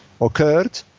occurred